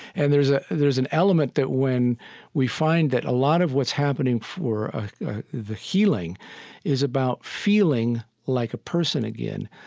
and there's ah there's an element that when we find that a lot of what's happening for the healing is about feeling like a person again,